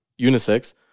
unisex